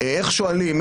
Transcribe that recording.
איך שואלים,